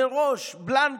מראש, בלנקו.